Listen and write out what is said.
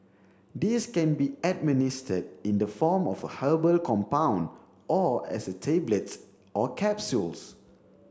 these can be administered in the form of a herbal compound or as a tablets or capsules